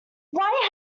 why